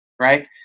right